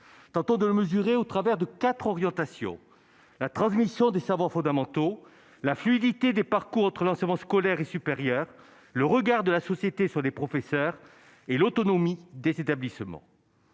Tentons de le mesurer au travers de quatre orientations : la transmission des savoirs fondamentaux, la fluidité des parcours entre les enseignements scolaire et supérieur, le regard de la société sur les professeurs et l'autonomie des établissements.